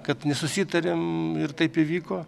kad nesusitarėm ir taip įvyko